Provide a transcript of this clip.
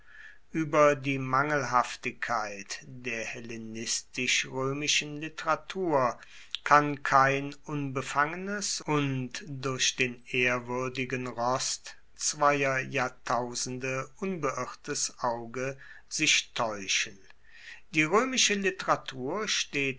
ueber die mangelhaftigkeit der hellenistisch roemischen literatur kann kein unbefangenes und durch den ehrwuerdigen rost zweier jahrtausende unbeirrtes auge sich taeuschen die roemische literatur steht